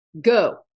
go